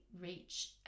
reach